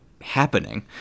happening